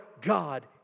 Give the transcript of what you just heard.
God